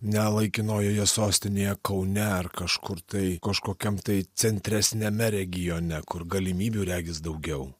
ne laikinojoje sostinėje kaune ar kažkur tai kažkokiam tai centresniame regione kur galimybių regis daugiau